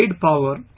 power